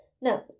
No